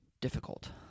difficult